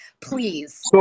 Please